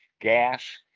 gas